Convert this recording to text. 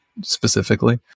specifically